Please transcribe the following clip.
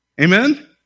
amen